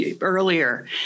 earlier